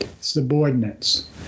subordinates